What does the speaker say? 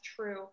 true